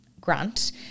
grant